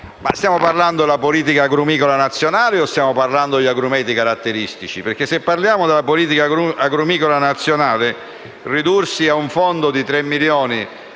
stiamo parlando della politica agrumicola nazionale o stiamo parlando di agrumeti caratteristici? Perché se parliamo della politica agrumicola nazionale, ridursi a un fondo di tre milioni